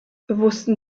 wussten